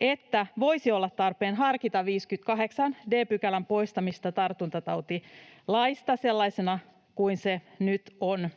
että voisi olla tarpeen harkita 58 d §:n poistamista tartuntatautilaista sellaisena kuin se nyt on